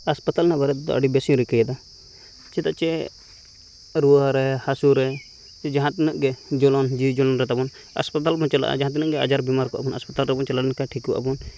ᱦᱟᱥᱯᱟᱛᱟᱞ ᱨᱮᱱᱟᱜ ᱵᱟᱨᱮᱛᱮ ᱫᱚ ᱟᱹᱰᱤ ᱵᱮᱥᱮᱧ ᱨᱤᱠᱟᱹᱭᱮᱫᱟ ᱪᱮᱫᱟᱜ ᱪᱮ ᱨᱩᱣᱟᱹᱨᱮ ᱦᱟᱥᱳᱨᱮ ᱡᱟᱦᱟᱸ ᱛᱤᱱᱟᱹᱜ ᱜᱮ ᱡᱚᱞᱚᱱ ᱡᱤᱣᱤ ᱡᱚᱞᱚᱱ ᱨᱮ ᱛᱟᱵᱚᱱ ᱦᱟᱥᱯᱟᱛᱟᱞ ᱵᱚᱱ ᱪᱟᱞᱟᱜᱼᱟ ᱡᱟᱦᱟᱸ ᱛᱤᱱᱟᱹᱜ ᱜᱮ ᱟᱡᱟᱨ ᱵᱮᱢᱟᱨ ᱠᱚ ᱦᱮᱱᱟᱜᱼᱟ ᱦᱟᱥᱯᱟᱛᱟᱞ ᱨᱮᱵᱚᱱ ᱪᱟᱞᱟᱜᱼᱟ ᱮᱱᱠᱷᱟᱡ ᱴᱷᱤᱠᱚᱜ ᱟᱵᱚᱱ